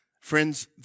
Friends